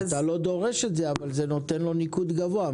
אתה לא דורש את זה אבל זה נותן לו ניקוד גבוה.